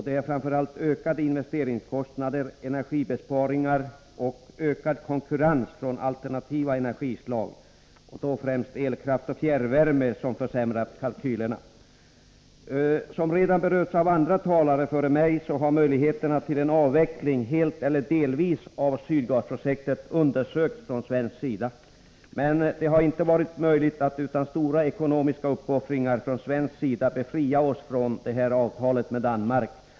Det är framför allt ökade investeringskostnader, energibesparingar och ökad konkurrens från alternativa energislag, främst elkraft och fjärrvärme, som försämrat kalkylerna. Som redan berörts av andra talare före mig har möjligheterna till en avveckling av Sydgasprojektet helt eller delvis undersökts från svensk sida. Men det har inte varit möjligt att utan stora ekonomiska uppoffringar från svensk sida befria oss från avtalet med Danmark.